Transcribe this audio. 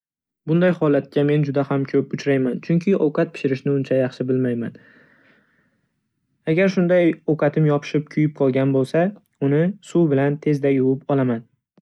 Bunday holatga men juda ham ko'p uchrayman chunki ovqat pishirishni uncha yaxshi bilmayman. Agar shunday ovqatim yopishib kuyib qolgan bo'lsa uni suv bilan tezda yuvib olaman.